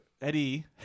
eddie